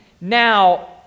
Now